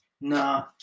no